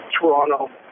Toronto